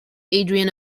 adrian